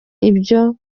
ibyo